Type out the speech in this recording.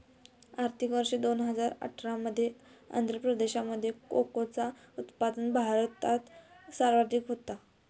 आर्थिक वर्ष दोन हजार अठरा मध्ये आंध्र प्रदेशामध्ये कोकोचा उत्पादन भारतात सर्वाधिक होता